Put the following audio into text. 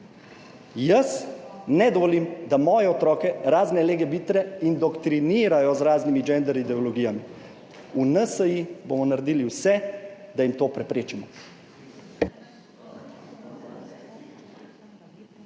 Jaz ne dovolim, da moje otroke razne legebitre indoktrinirajo z raznimi gender ideologijami. V NSi bomo naredili vse, da jim to preprečimo.